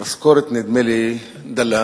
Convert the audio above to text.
ממשכורת, נדמה לי, דלה,